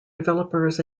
developers